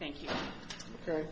thank you very